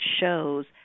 shows